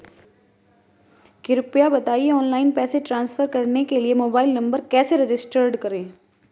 कृपया बताएं ऑनलाइन पैसे ट्रांसफर करने के लिए मोबाइल नंबर कैसे रजिस्टर करें?